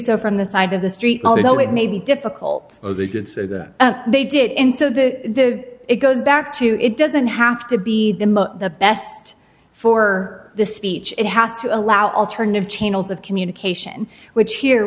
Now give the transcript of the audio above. so from the side of the street although it may be difficult or they could say that they did in so the it goes back to it doesn't have to be the most the best for the speech it has to allow alternative channels of communication which here